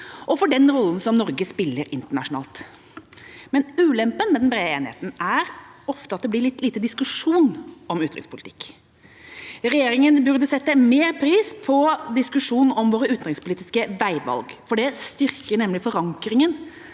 og for den rollen Norge spiller internasjonalt. Ulempen med den brede enigheten er ofte at det blir litt lite diskusjon om utenrikspolitikk. Regjeringa burde sette mer pris på diskusjon om våre utenrikspolitiske veivalg, for det styrker nemlig forankringa